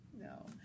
No